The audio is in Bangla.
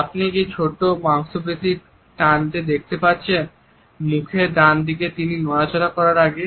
আপনি কি এই ছোট্ট মাংসপেশি টানটি দেখতে পাচ্ছেন মুখের ডান দিকে তিনি নড়াচড়া করার আগে